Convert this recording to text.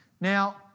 Now